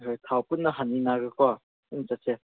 ꯍꯣꯏ ꯊꯥꯎ ꯄꯨꯟꯅ ꯍꯥꯟꯃꯤꯟꯅꯔꯒꯀꯣ ꯄꯨꯟꯅ ꯆꯠꯁꯦ